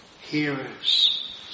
hearers